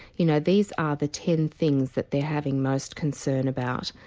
you know these are the ten things that they are having most concern about,